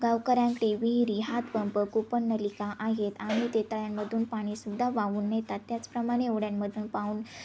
गावकऱ्यांकडे विहिरी हातपंप कुपननलिका आहेत आणि ते तळ्यांमधून पाणीसुद्धा वाहून नेतात त्याचप्रमाने होड्यांमधून पाहून